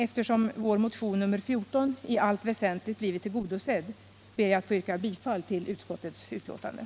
Eftersom vår motion nr 14 i allt väsentligt blivit tillgodosedd ber jag att få yrka bifall till utskottets hemställan.